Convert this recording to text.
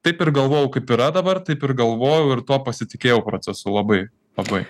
taip ir galvojau kaip yra dabar taip ir galvojau ir tuo pasitikėjau procesu labai labai